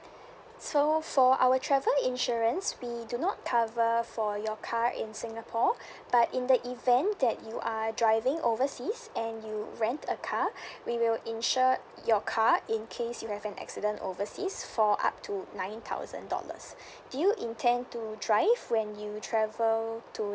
so for our travel insurance we do not cover for your car in singapore but in the event that you are driving overseas and you rent a car we will insure your car in case you have an accident overseas for up to nine thousand dollars do you intend to drive when you travel to